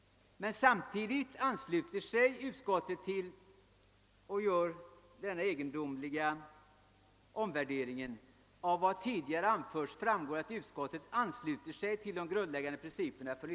Samtidigt gör emellertid utskottet den egendomliga omvärdering jag nyss citerade.